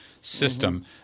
system